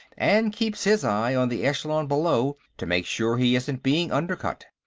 and keeps his eye on the echelon below to make sure he isn't being undercut.